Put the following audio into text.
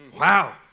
Wow